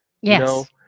Yes